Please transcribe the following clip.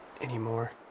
anymore